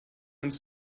uns